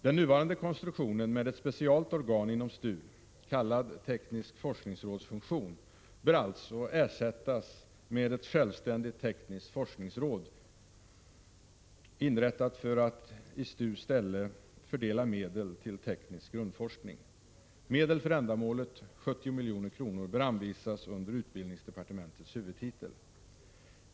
Den nuvarande konstruktionen med ett speciellt organ inom STU, kallad teknisk forskningsrådsfunktion, bör alltså ersättas med ett självständigt tekniskt forskningsråd inrättat för att i STU:s ställe fördela medel till teknisk grundforskning. Medel för ändamålet, 70 milj.kr., bör anvisas under utbildningsdepartementets huvudtitel.